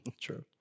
True